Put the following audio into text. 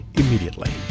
immediately